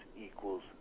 equals